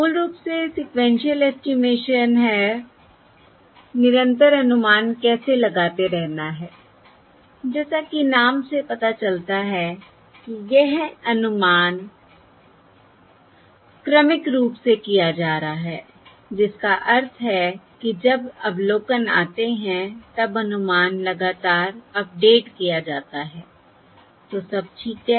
मूल रूप से सीक्वेन्शिअल एस्टिमेशन है निरंतर अनुमान कैसे लगाते रहना है जैसा कि नाम से पता चलता है कि यह अनुमान क्रमिक रूप से किया जा रहा है जिसका अर्थ है कि जब अवलोकन आते हैं तब अनुमान लगातार अपडेट किया जाता है तो सब ठीक है